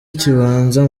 kibanza